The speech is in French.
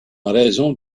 raison